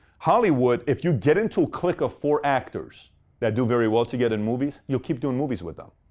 hollywood, if you get into a clique of four actors that do very well to get into and movies, you'll keep doing movies with them.